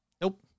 Nope